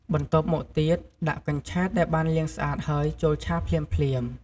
បន្ទាប់មកទៀតដាក់ កញ្ឆែត ដែលបានលាងស្អាតហើយចូលឆាភ្លាមៗ។